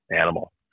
animal